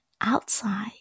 outside